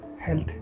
health